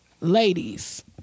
Ladies